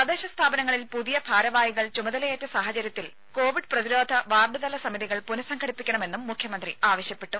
തദ്ദേശ സ്ഥാപനങ്ങളിൽ പുതിയ ഭാരവാഹികൾ ചുമതലയേറ്റ സാഹചര്യത്തിൽ കോവിഡ് പ്രതിരോധ വാർഡുതല സമിതികൾ പുനസംഘടിപ്പിക്കണമെന്നും മുഖ്യമന്ത്രി ആവശ്യപ്പെട്ടു